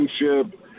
relationship